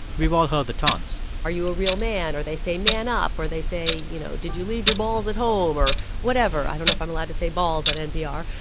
we've all heard the taunts are you a real man? or they say, man up. or they say, you know, did you leave your balls at home, or whatever. i don't know if i'm allowed to say balls at npr.